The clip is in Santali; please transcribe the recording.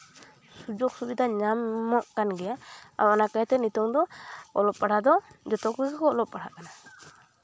ᱥᱩᱡᱳᱜᱽ ᱥᱩᱵᱤᱫᱷᱟ ᱧᱟᱢᱚᱜ ᱠᱟᱱ ᱜᱮᱭᱟ ᱟᱨ ᱚᱱᱟ ᱠᱟᱹᱭᱛᱮ ᱱᱤᱛᱚᱜ ᱫᱚ ᱚᱞᱚᱜ ᱯᱟᱲᱦᱟᱜ ᱫᱚ ᱡᱚᱛᱚ ᱠᱚᱜᱮ ᱠᱚ ᱚᱞᱚᱜ ᱯᱟᱲᱦᱟᱜ ᱠᱟᱱᱟ